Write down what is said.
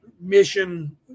mission